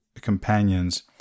companions